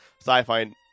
sci-fi